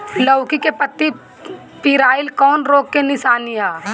लौकी के पत्ति पियराईल कौन रोग के निशानि ह?